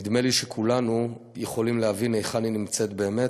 נדמה לי שכולנו יכולים להבין היכן היא נמצאת באמת,